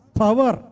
power